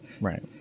right